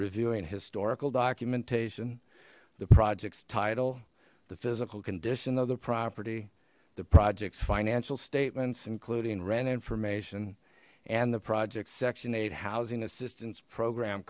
reviewing historical documentation the project's title the physical condition of the property the project's financial statements including rent information and the project section eight housing assistance program